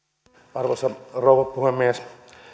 arvoisa rouva puhemies